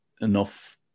enough